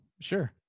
Sure